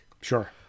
sure